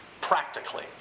practically